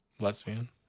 lesbian